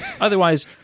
Otherwise